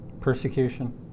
persecution